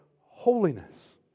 holiness